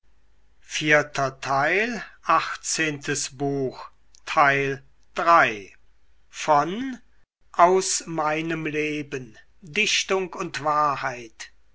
goethe aus meinem leben dichtung und wahrheit